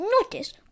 notice